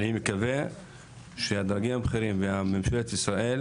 אני מקווה שהדרגים הבכירים וממשלת ישראל